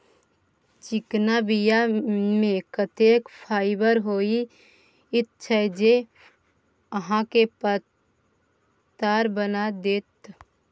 चिकना बीया मे एतेक फाइबर होइत छै जे अहाँके पातर बना देत